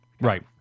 right